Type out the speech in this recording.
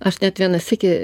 aš net vieną sykį